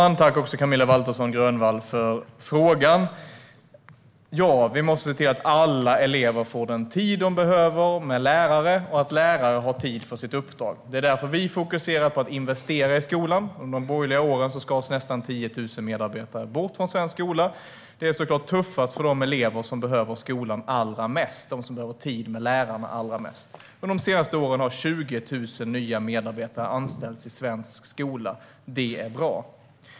Herr talman! Tack, Camilla Waltersson Grönvall, för frågan! Ja, vi måste se till att alla elever får den tid de behöver med lärare och att lärare har tid för sitt uppdrag. Det är därför vi fokuserar på att investera i skolan. Under de borgerliga åren skars nästan 10 000 medarbetare bort från svensk skola. Det är såklart tuffast för de elever som behöver skolan och tid med lärarna allra mest. De senaste åren har 20 000 nya medarbetare anställts i svensk skola, och det är bra.